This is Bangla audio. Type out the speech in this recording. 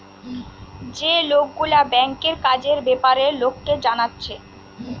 যে লোকগুলা ব্যাংকের কাজের বেপারে লোককে জানাচ্ছে